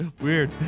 weird